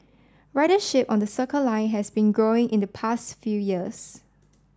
ridership on the Circle Line has been growing in the past few years